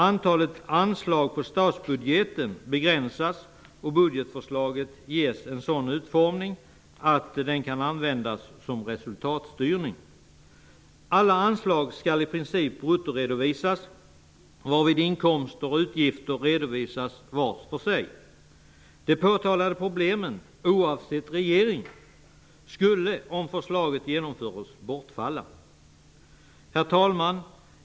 Antalet anslag i statsbudgeten begränsas, och budgetförslaget ges en sådan utformning att det kan användas som resultatstyrning. Alla anslag skall i princip bruttoredovisas, varvid inkomster och utgifter redovisas var för sig. De påtalade problemen skulle -- oavsett regering -- Herr talman!